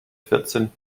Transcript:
vierzehn